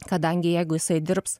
kadangi jeigu jisai dirbs